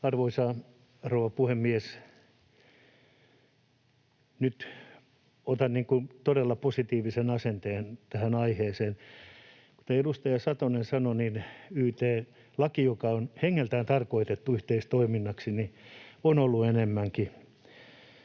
rouva puhemies! Nyt otan todella positiivisen asenteen tähän aiheeseen. Kuten edustaja Satonen sanoi, yt-laki, joka on hengeltään tarkoitettu yhteistoiminnaksi, on ollut hengeltään